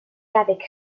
avec